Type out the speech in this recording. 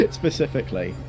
specifically